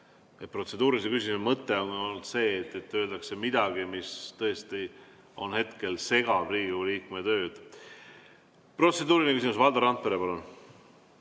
Protseduurilise küsimuse mõte on olnud see, et öeldakse midagi, mis tõesti hetkel segab Riigikogu liikme tööd. Protseduuriline küsimus, Valdo Randpere, palun!